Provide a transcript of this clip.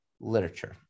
literature